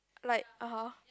like (aha)